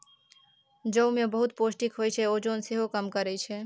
जौ मे बहुत पौष्टिक होइ छै, ओजन सेहो कम करय छै